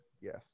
Yes